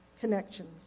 connections